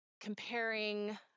comparing